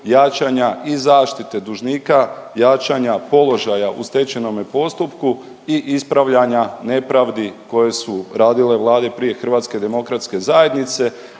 jačanja i zaštite dužnika, jačanja položaja u stečajnome postupku i ispravljanja nepravdi koje su radile Vlade prije HDZ-a, a da ovo sve ide